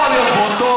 יכול להיות,